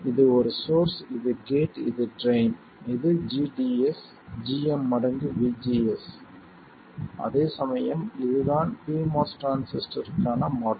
இது ஒரு சோர்ஸ் இது கேட் இது ட்ரைன் இது gds gm மடங்கு vGS அதேசமயம் இதுதான் pMOS டிரான்சிஸ்டருக்கான மாடல்